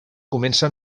comença